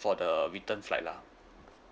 for the return flight lah